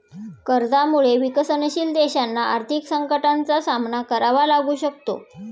कर्जामुळे विकसनशील देशांना आर्थिक संकटाचा सामना करावा लागू शकतो